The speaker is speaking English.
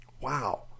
Wow